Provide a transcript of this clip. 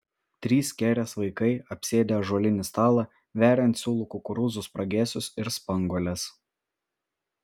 trys kerės vaikai apsėdę ąžuolinį stalą veria ant siūlų kukurūzų spragėsius ir spanguoles